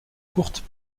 courtes